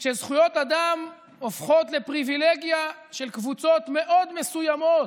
כשזכויות אדם הופכות לפריבילגיה של קבוצות מאוד מסוימות,